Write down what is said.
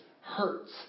hurts